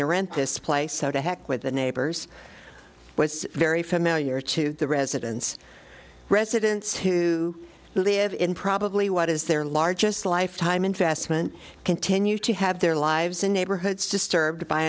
to rent this place so to heck with the neighbors was very familiar to the residents residents who live in probably what is their largest life time investment continue to have their lives in neighborhoods disturbed by